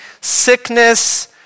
sickness